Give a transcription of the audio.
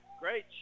Great